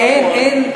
אין,